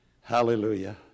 hallelujah